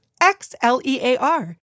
X-L-E-A-R